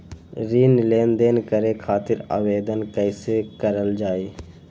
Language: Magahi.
ऋण लेनदेन करे खातीर आवेदन कइसे करल जाई?